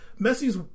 Messi's